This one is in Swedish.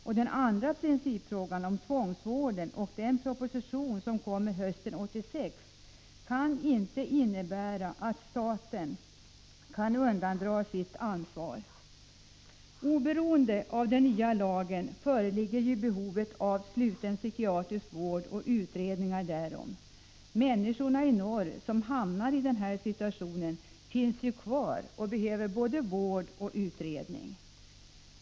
Att den andra principfrågan om tvångsvården inte är löst och att en proposition skall läggas fram hösten 1986 kan inte innebära att staten kan undandra sig sitt ansvar. Oberoende av den nya lagen föreligger behov av sluten psykiatrisk vård och av utredningar därom. Människorna i norr som hamnar i denna situation finns kvar. De behöver vård, och det måste göras utredningar.